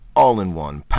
all-in-one